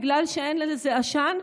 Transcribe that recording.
בגלל שאין לזה עשן,